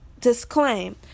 disclaim